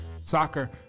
soccer